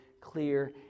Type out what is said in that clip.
clear